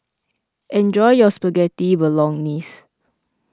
enjoy your Spaghetti Bolognese